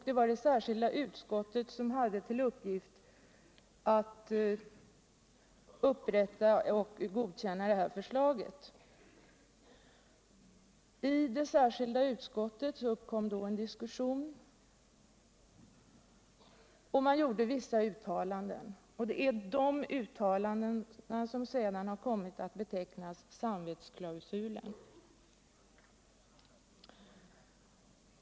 Det var det särskilda utskottet som hade till uppgift att bereda ärendet. I det särskilda utskottet uppkom då en diskussion. och man gjorde vissa uttalanden. Det är de uttalandena som sedan har kommit att betecknas ”samvetsklausulen”.